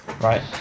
Right